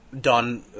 done